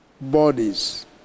bodies